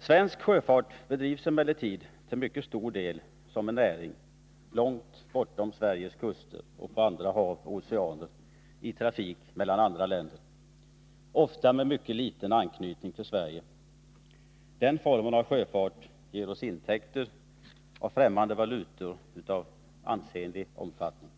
Svensk sjöfart bedrivs emellertid till mycket stor del som en näring långt bortom Sveriges kuster, på andra hav och oceaner, i trafik mellan andra länder, ofta med mycket liten anknytning till Sverige. Den formen av sjöfart ger oss intäkter i fftämmande valutor av ansenlig omfattning.